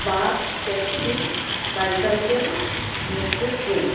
bus taxi bicycle metro train